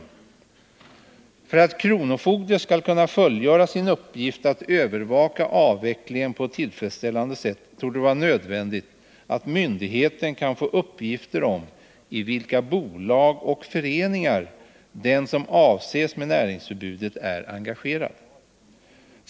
För att kronofogde skall kunna fullgöra sin uppgift att övervaka avvecklingen på ett tillfredsställande sätt torde det vara nödvändigt att myndigheten kan få uppgifter om i vilka bolag och föreningar den som avses med näringsförbudet är engagerad.